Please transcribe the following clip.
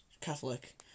Catholic